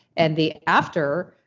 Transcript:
and the after,